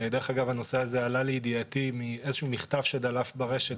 הנושא הזה עלה לידיעתי ממכתב שדלף ברשת,